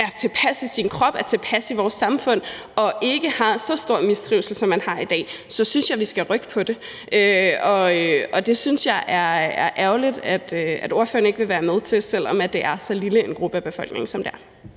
er tilpas i sin krop, er tilpas i vores samfund og ikke har så stor mistrivsel, som man har i dag, så synes jeg, vi skal rykke på det, og det synes jeg er ærgerligt at ordføreren ikke vil være med til, selv om det er så lille en gruppe af befolkningen, som det er.